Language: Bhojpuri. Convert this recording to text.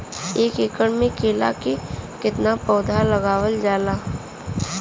एक एकड़ में केला के कितना पौधा लगावल जाला?